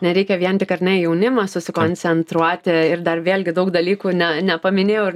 nereikia vien tik ar ne į jaunimą susikoncentruoti ir dar vėlgi daug dalykų ne nepaminėjau ir